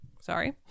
sorry